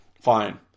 Fine